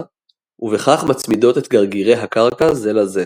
ובכך מצמידות את גרגירי הקרקע זה לזה.